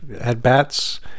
at-bats